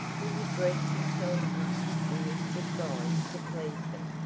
who had dressed himself up in this disguise to please them.